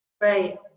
Right